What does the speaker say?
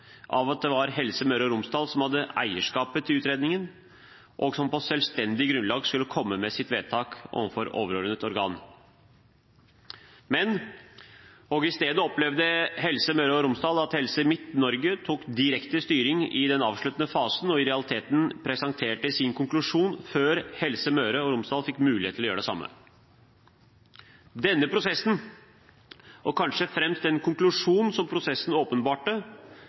av at det var Helse Møre og Romsdal som hadde eierskapet til utredningen, og som på selvstendig grunnlag skulle komme med sitt vedtak overfor overordnet organ. I stedet opplevde Helse Møre og Romsdal at Helse Midt-Norge tok direkte styring i den avsluttende fasen og i realiteten presenterte sin konklusjon før Helse Møre og Romsdal fikk mulighet til å gjøre det samme. Denne prosessen – og kanskje først og fremst den konklusjonen som prosessen åpenbarte